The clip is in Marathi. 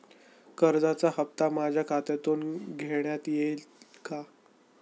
कर्जाचा हप्ता माझ्या खात्यातून घेण्यात येईल का?